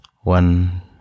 one